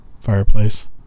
fireplace